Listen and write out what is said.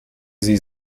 sie